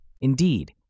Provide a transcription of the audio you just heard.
Indeed